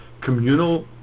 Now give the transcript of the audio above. communal